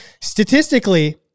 Statistically